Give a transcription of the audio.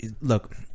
Look